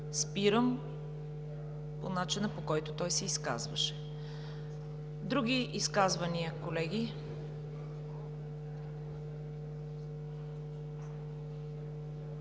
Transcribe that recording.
спирам по начина, по който той се изказваше. Други изказвания, колеги?